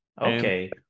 Okay